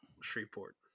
Shreveport